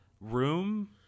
room